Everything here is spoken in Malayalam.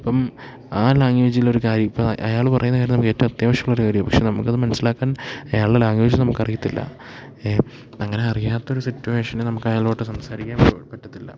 ഇപ്പം ആ ലാംഗ്വേജിലൊരു കാര്യം ഇപ്പ അയാൾ പറയുന്ന കാര്യം നമുക്ക് ഏറ്റവും അത്യാവശ്യുള്ളൊരു കാര്യമാവും പക്ഷെ നമുക്കത് മനസ്സിലാക്കാൻ അയാളുടെ ലാംഗ്വേജ് നമുക്കറിയത്തില്ല ഏ അങ്ങനെ അറിയാത്തൊരു സിറ്റുവേഷന് നമുക്ക് അയാളോട്ട് സംസാരിക്കാൻ പറ്റത്തില്ല